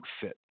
fit